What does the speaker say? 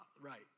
Right